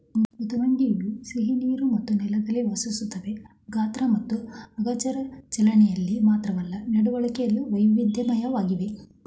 ಮೃದ್ವಂಗಿಯು ಸಿಹಿನೀರು ಮತ್ತು ನೆಲದಲ್ಲಿ ವಾಸಿಸ್ತವೆ ಗಾತ್ರ ಮತ್ತು ಅಂಗರಚನೆಲಿ ಮಾತ್ರವಲ್ಲ ನಡವಳಿಕೆಲು ವೈವಿಧ್ಯಮಯವಾಗಿವೆ